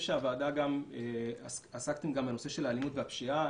שהוועדה עסקה גם בנושא של האלימות והפשיעה,